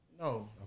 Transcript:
No